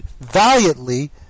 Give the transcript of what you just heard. valiantly